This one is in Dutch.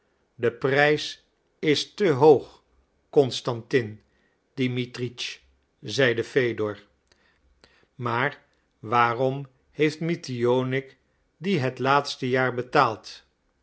de prijs is te hoog constantin dimitritsch zeide fedor maar waarom heeft mitionik dien het laatste jaar betaald